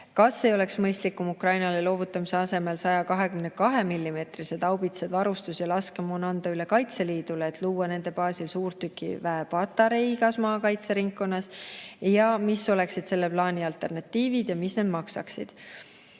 Kas ei oleks mõistlikum Ukrainale loovutamise asemel 122‑millimeetrised haubitsad, varustus ja laskemoon anda üle Kaitseliidule, et luua nende baasil suurtükiväepatarei igas maakaitseringkonnas? Mis oleksid selle plaani alternatiivid ja mis need maksaksid?